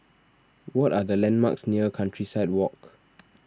what are the landmarks near Countryside Walk